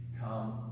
come